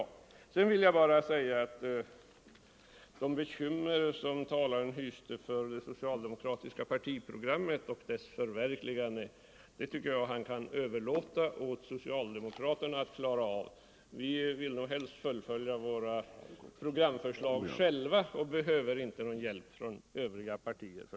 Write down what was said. Till sist vill jag bara säga några ord med anledning av att talaren hyste bekymmer för det socialdemokratiska partiprogrammet och dess förverkligande. Det tycker jag han kan överlåta åt socialdemokraterna att klara av. Vi vill helst själva fullfölja våra program och behöver inte någon hjälp med det från övriga partier.